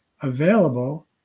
available